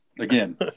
Again